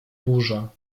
burza